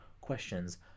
questions